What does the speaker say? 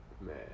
man